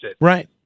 right